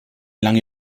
lange